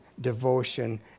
devotion